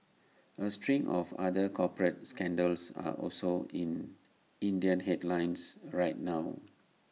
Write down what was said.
A string of other corporate scandals are also in Indian headlines right now